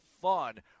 fun